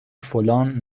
فلان